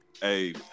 Hey